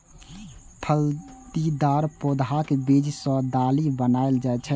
फलीदार पौधाक बीज सं दालि बनाएल जाइ छै